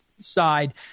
side